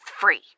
free